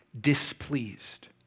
displeased